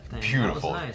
beautiful